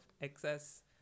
excess